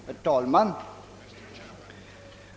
Herr talman!